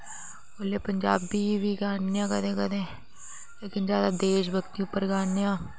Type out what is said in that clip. ओल्लै पंजाबी बी गान्ने आं कोल्लै कोल्लै लेकिन जादै देश भगती उप्पर गान्ने आं